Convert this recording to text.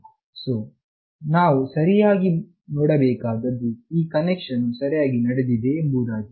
so ನಾವು ಸರಿಯಾಗಿ ನೋಡಬೇಕಾದದ್ದು ಈ ಕನೆಕ್ಷನ್ ವು ಸರಿಯಾಗಿ ನಡೆದಿದೆ ಎಂಬುದಾಗಿದೆ